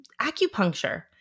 acupuncture